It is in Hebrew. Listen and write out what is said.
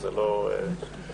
אז זה לא לחץ.